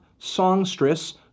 songstress